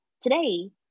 today